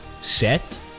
set